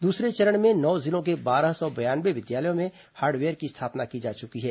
दूसरे चरण में नौ जिलों के बारह सौ बयानवे विद्यालयों में हार्डवेयर की स्थापना की जा चुकी है